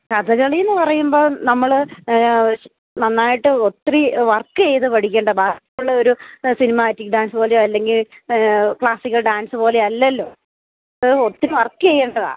കഥകളി എന്നു പറയുമ്പോള് നമ്മള് നന്നായിട്ട് ഒത്തിരി വർക്കെയ്തു പഠിക്കേണ്ട ബാക്കിയുള്ളൊരു സിനിമാറ്റിക്ക് ഡാൻസ് പോലെയോ അല്ലെങ്കില് ക്ലാസ്സിക്കൽ ഡാൻസ് പോലെയോ അല്ലല്ലോ അത് ഒത്തിരി വർക്കെയ്യെണ്ടതാ